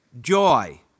joy